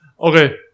Okay